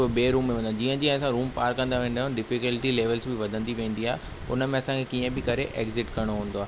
पोइ ॿिए रूम में वेंदा जीअं जीअं असां रूम पार कंदा वेंदा आहियूं डिफीकल्टी लैवल्स बि वधंदी वेंदी आहे हुन में असांखे कीअं बि करे ऐक्ज़िट करिणो हूंदो आहे